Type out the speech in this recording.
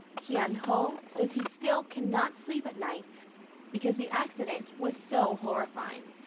hyun-ho says he still cannot sleep at night because the accident was so horrifying.